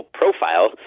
profile